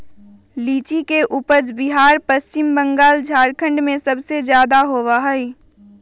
लीची के उपज बिहार पश्चिम बंगाल झारखंड में सबसे ज्यादा होबा हई